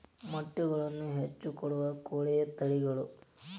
ಮೊಟ್ಟೆಗಳನ್ನ ಹೆಚ್ಚ ಕೊಡುವ ಕೋಳಿಯ ತಳಿಗಳು